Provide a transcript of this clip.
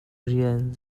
rian